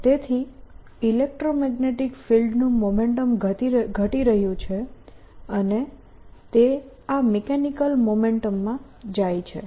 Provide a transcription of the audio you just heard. અને તેથી ઇલેક્ટ્રોમેગ્નેટીક ફિલ્ડનું મોમેન્ટમ ઘટી રહ્યું છે અને તે આ મિકેનીકલ મોમેન્ટમમાં જાય છે